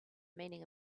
meaning